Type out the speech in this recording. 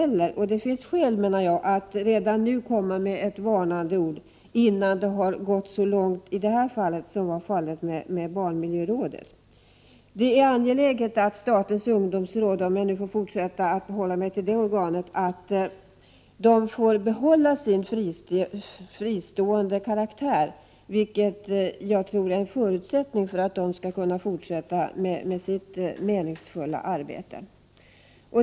1988/89:121 det finns skäl att redan nu komma med ett varnande ord, innan det har gåttså 25 maj 1989 långt som blev fallet med barnmiljörådet. Det är angeläget att statens ungdomsråd får behålla sin fristående ställning. Jag tror att det är en förutsättning för att det skall kunna fortsätta med sitt arbete på ett meningsfullt sätt.